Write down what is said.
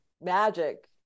magic